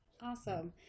Awesome